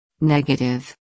Negative